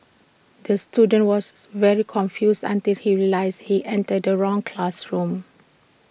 the student was very confused until he realised he entered the wrong classroom